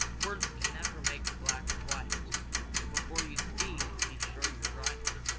words can never make black white before you speak be sure you're right,